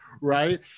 Right